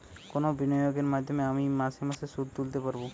কোন বিনিয়োগের মাধ্যমে আমি মাসে মাসে সুদ তুলতে পারবো?